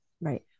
Right